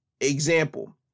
example